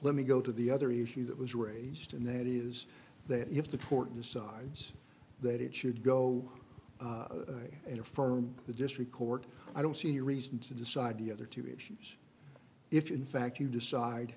let me go to the other issue that was raised and that is that if the court decides that it should go and affirm the district court i don't see any reason to decide the other two issues if in fact you decide